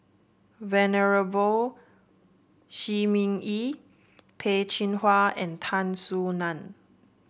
Venerable Shi Ming Yi Peh Chin Hua and Tan Soo Nan